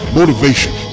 motivation